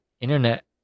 internet